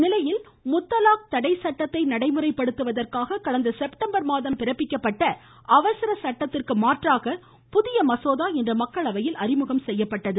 இதனிடையே முத்தலாக் தடை சட்டத்தை நடைமுறைப்படுத்துவதற்காக கடந்த செப்டம்பர் மாதம் பிறப்பிக்கப்பட்ட அவசர சட்டத்திற்கு மாற்றாக புதிய மசோதா இன்று மக்களவையில் அறிமுகம் செய்யப்பட்டது